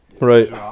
Right